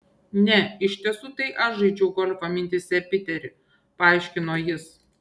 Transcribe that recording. ne iš tiesų tai aš žaidžiau golfą mintyse piteri paaiškino jis